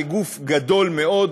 כגוף גדול מאוד,